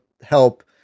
help